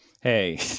Hey